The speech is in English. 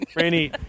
Rainy